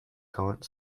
gaunt